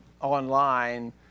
online